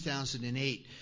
2008